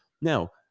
Now